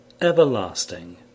everlasting